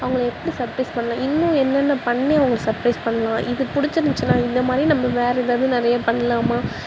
அவங்க எப்படி சப்ரைஸ் பண்ணலாம் இன்னும் என்னென்ன பண்ணி அவங்களை சப்ரைஸ் பண்ணலாம் இது பிடிச்சிருந்துச்சுனா இந்த மாதிரி நம்ம வேறு ஏதாவுது நிறைய பண்ணலாமா